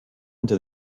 into